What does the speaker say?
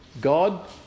God